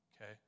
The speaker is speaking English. Okay